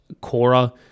Cora